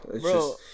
Bro